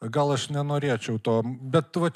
gal aš nenorėčiau to bet vat